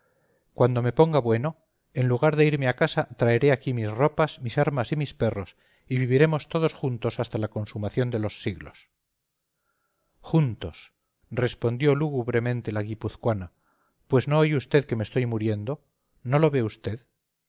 cuando me ponga bueno en lugar de irme a mi casa traeré aquí mi ropa mis armas y mis perros y viviremos todos juntos hasta la consumación de los siglos juntos respondió lúgubremente la guipuzcoana pues no oye usted que me estoy muriendo no lo ve usted